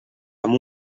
amb